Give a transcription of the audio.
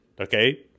okay